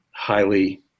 highly